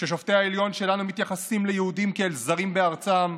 כששופטי העליון שלנו מתייחסים ליהודים כאל זרים בארצם,